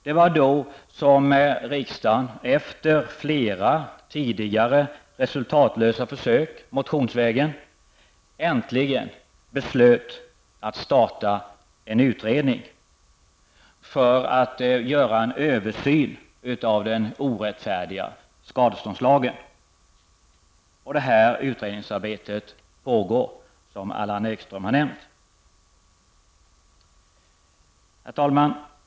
Det var då som riksdagen, efter flera tidigare resultatlösa försök motionsvägen, äntligen beslöt starta en utredning för att göra en översyn av den orättfärdiga skadeståndslagen. Detta utredningsarbete pågår, vilket Allan Ekström också nämnde. Herr talman!